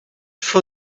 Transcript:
for